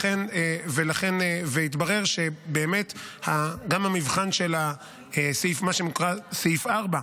התברר שגם המבחן של סעיף 4,